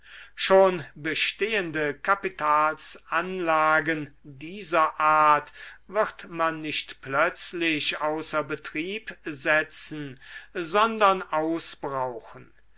schon bestehende kapitalsanlagen dieser art wird man nicht plötzlich außer betrieb setzen sondern ausbrauchen